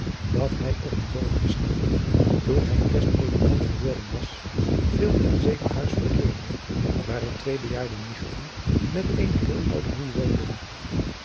dat hij op een dorpje staande toen hij eerst predikant geworden was veel in zeker huis verkeerde waarin twee bejaarde nichten met eene heele oude moei woonden